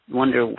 wonder